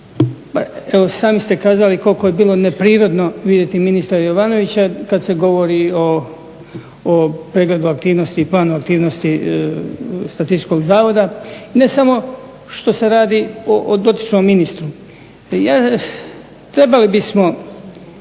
evo sami ste kazali koliko je bilo neprirodno vidjeti ministra Jovanovića kad se govori o pregledu aktivnosti i planu aktivnosti Statističkog zavoda. Ne samo što se radi o dotičnom ministru. Trebali bismo